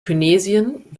tunesien